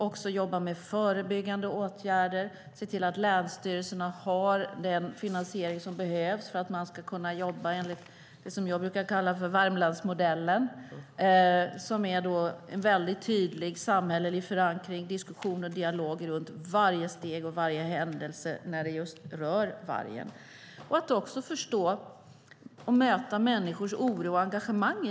Vi jobbar också med förebyggande åtgärder och med att se till att länsstyrelserna har den finansiering som behövs för att de ska kunna jobba enligt det som jag brukar kalla Värmlandsmodellen, som är en diskussion och dialog med tydlig samhällelig förankring för varje steg och händelse som rör vargen. Vi försöker förstå och möta människors oro och engagemang.